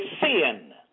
sin